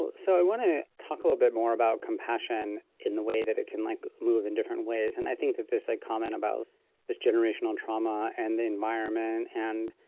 so i want to talk a little bit more about compassion in the way that it can like, move in different ways. and i think that this, like, comment about this generational trauma, and the environment, and,